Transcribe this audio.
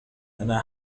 انا